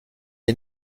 est